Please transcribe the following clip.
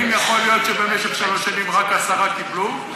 האם יכול להיות שבמשך שלוש שנים רק עשרה קיבלו?